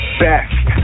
best